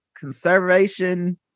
conservation